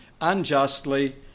unjustly